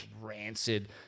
rancid